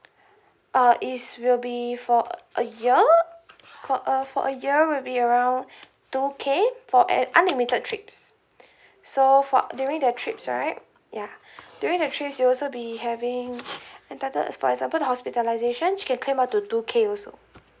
uh is will be for a year for a for a year will be around two K for an unlimited trips so for during the trips right yeah during the trips you'll also be having entitled as for example the hospitalisation you can claim up to two K also